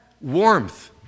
Warmth